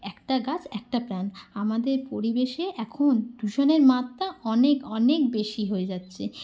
একটা গাছ একটা প্রাণ আমাদের পরিবেশে এখন দূষণের মাত্রা অনেক অনেক বেশি হয়ে যাচ্ছে